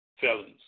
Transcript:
felons